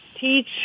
teach